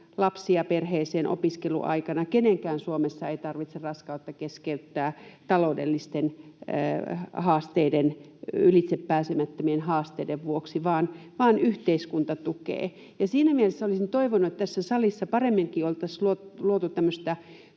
lapsia perheeseen opiskeluaikana, kenenkään Suomessa ei tarvitse raskautta keskeyttää taloudellisten haasteiden, ylitsepääsemättömien haasteiden vuoksi, vaan yhteiskunta tukee. Siinä mielessä olisin toivonut, että tässä salissa paremminkin oltaisiin luotu tämmöistä